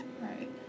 right